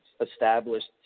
established